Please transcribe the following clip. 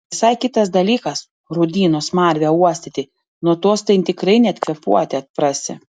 visai kitas dalykas rūdynų smarvę uostyti nuo tos tai tikrai net kvėpuoti atprasi